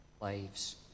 lives